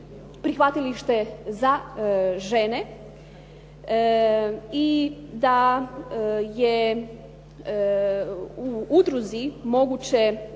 prihvatilište za žene i da je u udruzi moguće